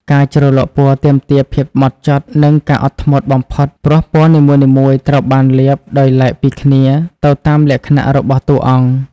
ការជ្រលក់ពណ៌ទាមទារភាពហ្មត់ចត់និងការអត់ធ្មត់បំផុតព្រោះពណ៌នីមួយៗត្រូវបានលាបដោយឡែកពីគ្នាទៅតាមលក្ខណៈរបស់តួអង្គ។